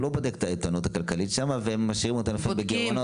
היא לא בודקת את האיתנות הכלכלית שם והם משאירים אותם לפעמים בגירעונות.